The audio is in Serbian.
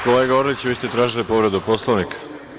Kolega Orliću, vi ste tražili povredu Poslovnika?